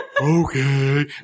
okay